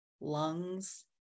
Lungs